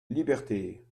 liberté